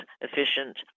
efficient